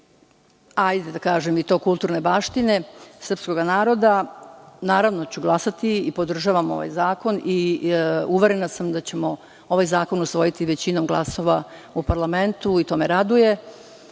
porodice i kulturne baštine srpskog naroda, naravno ću glasati i podržavam ovaj zakon i uverena sam da ćemo ovaj zakon usvojiti većinom glasova u parlamentu i to me raduje.